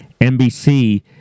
NBC